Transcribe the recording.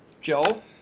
Joe